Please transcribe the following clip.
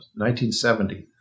1970